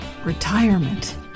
Retirement